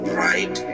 right